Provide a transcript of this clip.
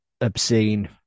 obscene